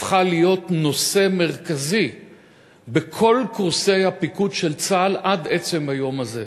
הפכה להיות נושא מרכזי בכל קורסי הפיקוד של צה"ל עד עצם היום הזה,